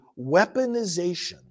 weaponization